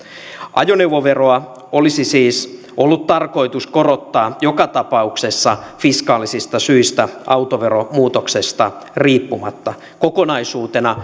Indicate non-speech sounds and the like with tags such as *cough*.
ajoneuvoveroa olisi siis ollut tarkoitus korottaa joka tapauksessa fiskaalisista syistä autoveromuutoksesta riippumatta kokonaisuutena *unintelligible*